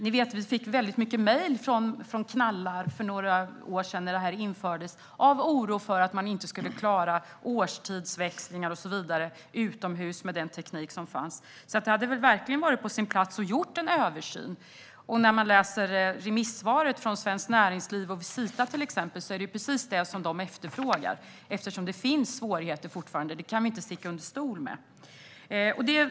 Ni vet att vi fick väldigt mycket mejl från knallar när detta infördes för några år sedan. De var oroliga för att inte klara årstidsväxlingar och så vidare utomhus med den teknik som fanns. Det hade väl alltså verkligen varit på sin plats att göra en översyn. Enligt remissvaret från Svenskt Näringsliv och Visita är det också precis detta de efterfrågar. Det finns nämligen svårigheter fortfarande; det kan vi inte sticka under stol med.